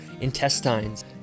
intestines